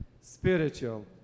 Spiritual